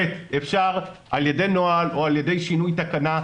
ב', אפשר, על ידי נוהל או על ידי שינוי תקנה,